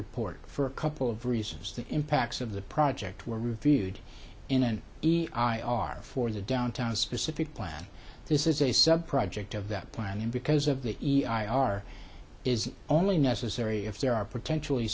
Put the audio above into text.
report for a couple of reasons the impacts of the project were reviewed in an e i r for the downtown specific plan this is a sub project of that plan and because of the e i r is only necessary if there are potentially